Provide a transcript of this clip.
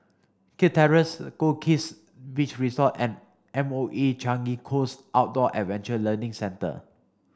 Kirk Terrace Goldkist Beach Resort and M O E Changi Coast Outdoor Adventure Learning Centre